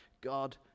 God